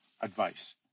advice